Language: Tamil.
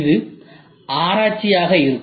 இது ஆராய்ச்சியாக இருக்கும்